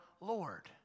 Lord